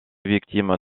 victime